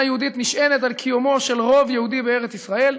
יהודית נשענת על קיומו של רוב יהודי בארץ-ישראל,